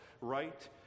right